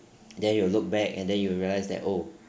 then you look back and then you realise that oh